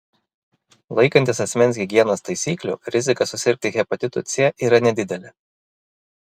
laikantis asmens higienos taisyklių rizika susirgti hepatitu c yra nedidelė